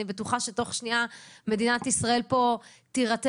אני בטוחה שתוך שנייה מדינת ישראל פה תירתם